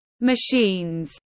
machines